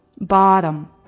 bottom